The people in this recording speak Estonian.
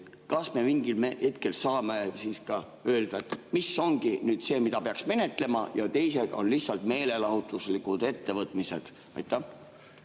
Kas me mingil hetkel saame siis öelda, et see ongi nüüd see, mida peaks menetlema, ja teised on lihtsalt meelelahutuslikud ettevõtmised? Tänan,